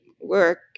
work